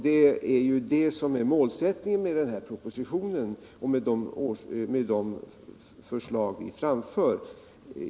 Det är det som är målsättningen när vi framför våra förslag i denna proposition.